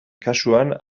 kasuan